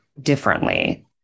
differently